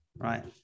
right